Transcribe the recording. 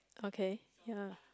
okay ya